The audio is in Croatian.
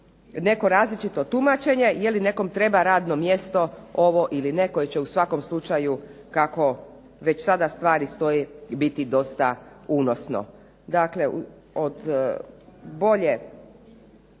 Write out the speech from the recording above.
neko različito tumačenje je li nekom treba radno mjesto ovo ili ne, koje će u svakom slučaju, kako već sada stvari stoje, biti dosta unosno.